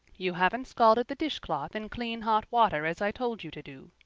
you haven't scalded the dishcloth in clean hot water as i told you to do,